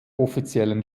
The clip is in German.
offiziellen